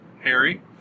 Harry